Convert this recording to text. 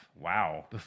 Wow